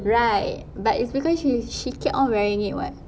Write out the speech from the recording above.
right but it's because she she keep on wearing it [what]